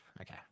Okay